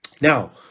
Now